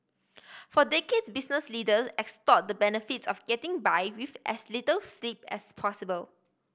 for decades business leaders extolled the benefits of getting by with as little sleep as possible